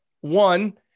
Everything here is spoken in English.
One